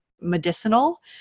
medicinal